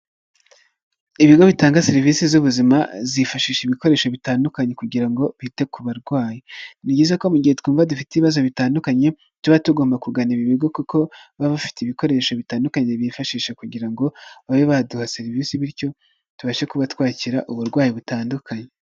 Ibigo bitanga serivisi z'ubuzima, zifashisha ibikoresho bitandukanye kugira ngo bite ku barwayi. Ni byiza ko mu gihe twumva dufite ibibazo bitandukanye, tuba tugomba kugana ibi bigo kuko baba bafite ibikoresho bitandukanye bifashisha kugira ngo babe baduha serivisi, bityo tubashe kuba twakira uburwayi butandukanye.